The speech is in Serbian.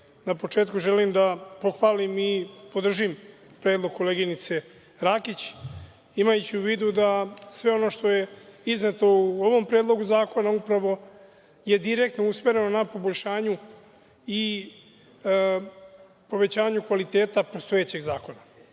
na početku želim da pohvalim i podržim predlog koleginice Rakić, imajući u vidu da sve ono što je izneto u ovom predlogu zakona, upravo je direktno usmereno na poboljšanju i povećanju kvaliteta postojećeg zakona.